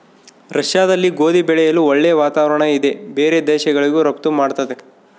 ರಷ್ಯಾದಲ್ಲಿ ಗೋಧಿ ಬೆಳೆಯಲು ಒಳ್ಳೆ ವಾತಾವರಣ ಇದೆ ಬೇರೆ ದೇಶಗಳಿಗೂ ರಫ್ತು ಮಾಡ್ತದೆ